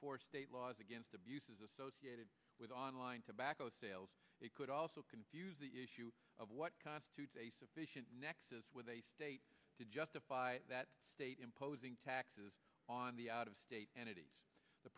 for state laws against abuses associated with online tobacco sales it could also confuse the issue of what constitutes a sufficient nexus with a state to justify that state imposing taxes on the out of state and